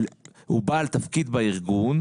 הוא בעל תפקיד בארגון.